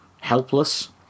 helpless